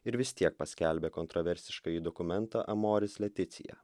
ir vis tiek paskelbė kontroversiškąjį dokumentą amoris leticija